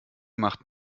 macht